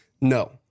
No